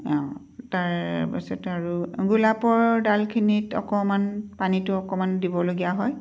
অঁ তাৰপিছতে আৰু গোলাপৰ ডালখিনিত অকণমান পানীটো অকণমান দিবলগীয়া হয়